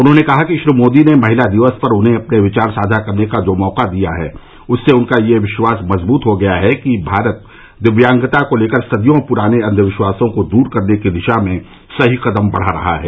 उन्होंने कहा कि श्री मोदी ने महिला दिवस पर उन्हें अपने विचार साझा करने का जो मौका दिया है उससे उनका यह विश्वास मज़बूत हो गया है कि भारत दिव्यांगता को लेकर सदियों पूराने अंधविश्वासों को दूर करने की दिशा में सही कृदम बढ़ा रहा है